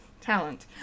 talent